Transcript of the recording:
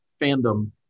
fandom